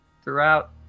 Throughout